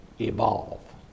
evolve